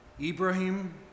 Ibrahim